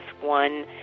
one